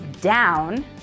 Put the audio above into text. down